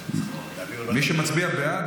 מי שמצביע בעד,